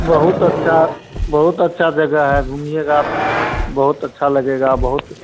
बहुत अच्छा बहुत अच्छा जगह है घूमिएगा बहुत अच्छा लगेगा बहुत